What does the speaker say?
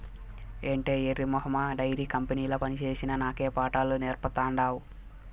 ఏటే ఎర్రి మొహమా డైరీ కంపెనీల పనిచేసిన నాకే పాఠాలు నేర్పతాండావ్